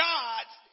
God's